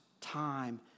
time